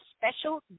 special